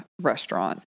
restaurant